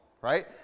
right